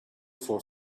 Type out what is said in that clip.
for